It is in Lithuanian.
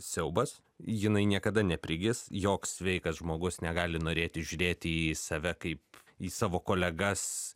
siaubas jinai niekada neprigis joks sveikas žmogus negali norėti žiūrėti į save kaip į savo kolegas